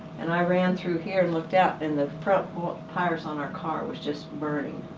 and i ran through here and looked out and the front tires on our car was just burning,